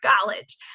college